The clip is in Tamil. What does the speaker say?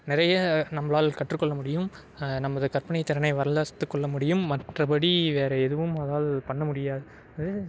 நிறைய நம்மளால் கற்றுக்கொள்ள முடியும் நமது கற்பனை திறனை வளர்த்துக்கொள்ள முடியும் மற்றபடி வேற எதுவும் அதால் பண்ண முடியாது